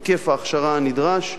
היקף ההכשרה הנדרש,